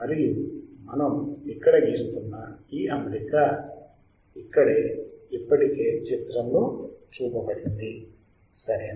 మరియు మనం ఇక్కడ గీస్తున్న ఈ అమరిక ఇక్కడ ఇప్పటికే చిత్రంలోచూపబడింది సరేనా